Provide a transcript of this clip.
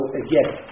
again